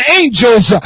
angels